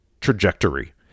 trajectory